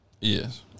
Yes